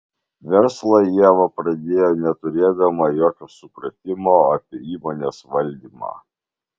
verslą ieva pradėjo neturėdama jokio supratimo apie įmonės valdymą